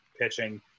pitching